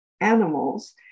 animals